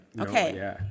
Okay